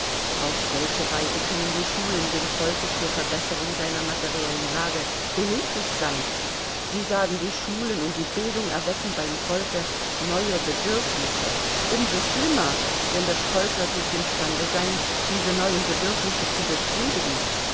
auf welche weise können die schulen dem volke zur verbesserung seiner materiellen lage behilflich sein sie sagen die schulen und die bildung erwecken beim volke neue bedürfnisse um so schlimmer denn das volk wird nicht imstande sein diese neuen bedürfnisse zu befriedigen